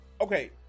okay